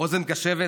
אוזן קשבת,